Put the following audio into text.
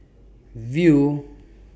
Viu